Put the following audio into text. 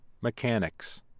mechanics